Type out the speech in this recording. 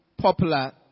popular